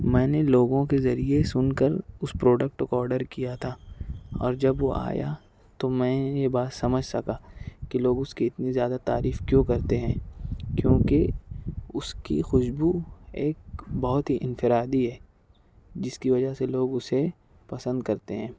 میں نے لوگوں کے ذریعہ سن کر اس پروڈکٹ کو آڈر کیا تھا اور جب وہ آیا تو میں یہ بات سمجھ سکا کہ لوگ اس کی اتنی زیادہ تعریف کیوں کرتے ہیں کیونکہ اس کی خوشبو ایک بہت ہی انفرادی ہے جس کی وجہ سے لوگ اسے پسند کرتے ہیں